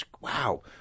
wow